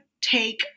take